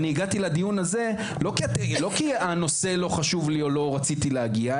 ואני הגעתי לדיון הזה לא כי הנושא לא חשוב לי או לא רציתי להגיע,